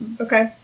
Okay